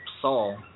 Saul